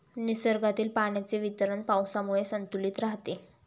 निसर्गातील पाण्याचे वितरण पावसामुळे संतुलित राहते